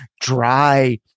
dry